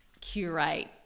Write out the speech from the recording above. curate